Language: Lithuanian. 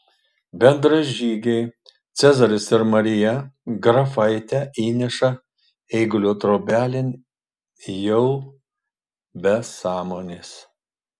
bendražygiai cezaris ir marija grafaitę įneša eigulio trobelėn jau be sąmonės